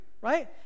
right